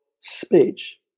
speech